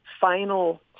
final